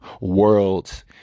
worlds